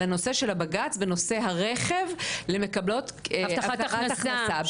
על הנושא של הבג"צ בנושא הרכב למקבלות הבטחת הכנסה.